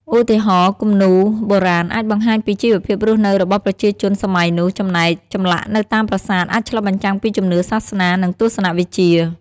ឧទាហរណ៍ គំនូរបុរាណអាចបង្ហាញពីជីវភាពរស់នៅរបស់ប្រជាជនសម័យនោះ ចំណែកចម្លាក់នៅតាមប្រាសាទអាចឆ្លុះបញ្ចាំងពីជំនឿសាសនា និងទស្សនវិជ្ជា។